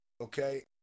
okay